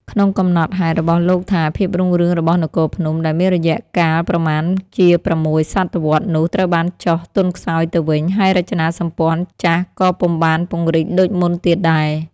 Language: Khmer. ក្នុងកំណត់ហេតុរបស់លោកថា ភាពរុងរឿងរបស់នគរភ្នំ ដែលមានរយៈ កាលប្រមាណជា ៦ សតវត្សរ៍នោះត្រូវបានចុះ ទន់ខ្សោយទៅវិញ ហើយរចនាសម្ព័ន្ធចាស់ក៏ពុំបានពង្រីកដូចមុនទៀតដែរ។